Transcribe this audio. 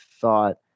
thought